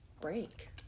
break